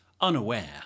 unaware